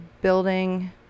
building